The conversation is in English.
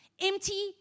Empty